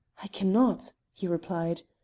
i can not, he replied.